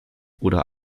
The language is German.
oder